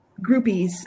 groupies